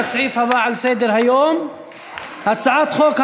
הצעת חוק סדר הדין הפלילי (סמכויות אכיפה,